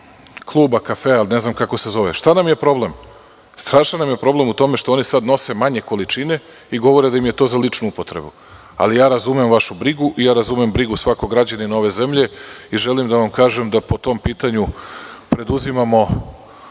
kluba, kafea, ne znam kako se zove. Šta nam je problem u tome? Strašan nam je problem u tome što oni sada nose manje količine i govore da im je to za ličnu upotrebu. Ali, razumem vašu brigu i ja razumem brigu svakog građanina ove zemlje i želim da vam kažem da po tom pitanju preduzimamo